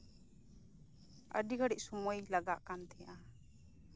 ᱟᱹᱰᱤ ᱜᱷᱟᱹᱲᱤᱡ ᱥᱩᱢᱳᱭ ᱞᱟᱜᱟᱜ ᱠᱟᱱ ᱛᱟᱦᱮᱸᱜᱼᱟ